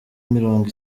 mirongo